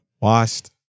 Washed